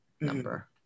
number